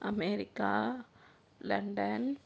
America London